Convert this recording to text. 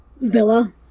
Villa